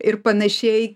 ir panašiai